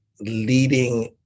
leading